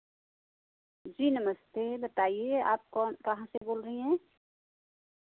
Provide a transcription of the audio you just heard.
जी नमस्ते बताइए आप कौन कहाँ से बोल रही ऐं